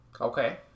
Okay